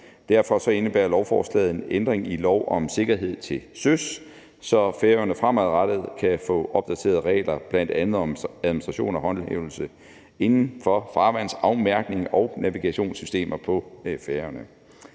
derfor indebærer lovforslaget en ændring i lov om sikkerhed til søs, så Færøerne fremadrettet kan få opdateret regler, bl.a. om administration og håndhævelse inden for farvandsafmærkning og navigationssystemer på Færøerne.